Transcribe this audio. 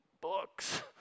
books